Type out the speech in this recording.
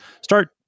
start